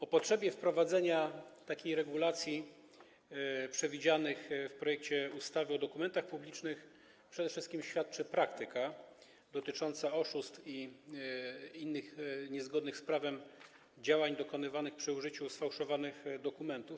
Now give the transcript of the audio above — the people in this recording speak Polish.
O potrzebie wprowadzenia regulacji przewidzianych w projekcie ustawy o dokumentach publicznych przede wszystkim świadczy praktyka dotycząca oszustw i innych niezgodnych z prawem działań dokonywanych przy użyciu sfałszowanych dokumentów.